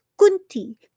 Kunti